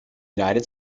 united